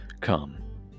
come